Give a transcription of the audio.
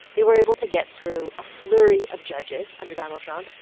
they were able to get through a flurry of judges, under donald trump,